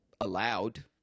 allowed